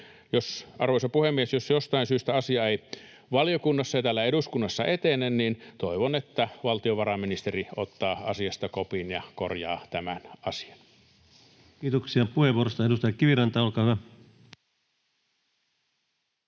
Arvoisa puhemies! Jos jostain syystä asia ei valiokunnassa ja täällä eduskunnassa etene, niin toivon, että valtiovarainministeri ottaa asiasta kopin ja korjaa tämän asian. Kiitoksia puheenvuorosta. — Edustaja Kiviranta, olkaa hyvä.